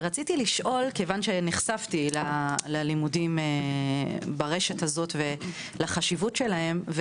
כיוון שנחשפתי ללימודים ברשת הזו ולחשיבות שלהם,